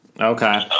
Okay